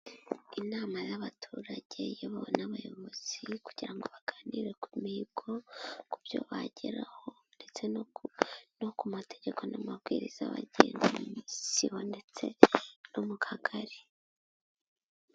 Inama y'abaturage iyobowe n'abayobozi kugira ngo aganire ku mihigo, ku byo bageraho ndetse no ku mategeko n'amabwiriza agenga isibo ndetse no mu kagari.